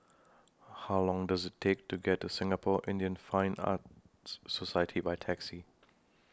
How Long Does IT Take to get to Singapore Indian Fine Arts Society By Taxi